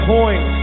point